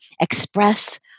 express